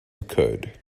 occurred